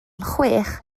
chwech